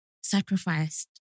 sacrificed